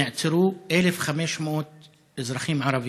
נעצרו 1,500 אזרחים ערבים,